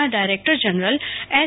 ના director general S